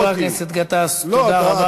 חבר הכנסת גטאס, תודה רבה.